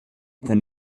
then